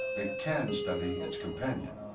they can study its companion.